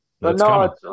No